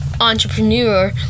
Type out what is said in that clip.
entrepreneur